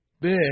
big